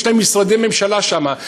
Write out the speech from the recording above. יש להם משרדי ממשלה שם.